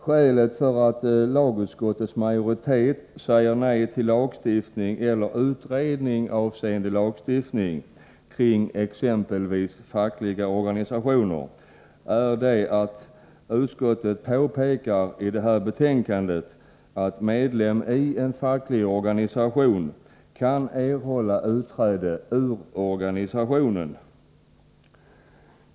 Skälet för att lagutskottets majoritet säger nej till lagstiftning eller utredning angående lagstiftning kring exempelvis fackliga organisationer är det som utskottet påpekar i detta betänkande, att medlem i en facklig organisation kan erhålla utträde ur organisationen.